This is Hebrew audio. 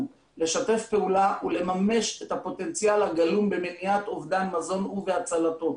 לשתף פעולה ולממש את הפוטנציאל הגלום במניעת אובדן מזון ובהצלתו.